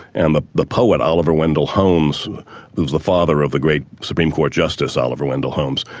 and the the poet, oliver wendell holmes who was the father of the great supreme court justice, oliver wendell holmes,